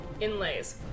inlays